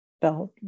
felt